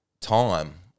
time